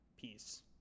Peace